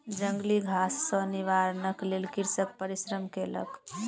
जंगली घास सॅ निवारणक लेल कृषक परिश्रम केलक